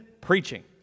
Preaching